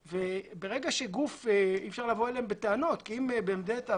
אי אפשר לבוא אליהם בטענות כי אם ב- -- יש